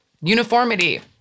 Uniformity